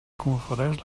confereix